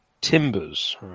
Timbers